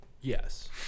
Yes